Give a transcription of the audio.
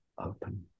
open